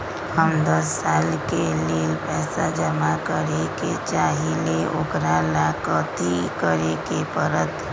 हम दस साल के लेल पैसा जमा करे के चाहईले, ओकरा ला कथि करे के परत?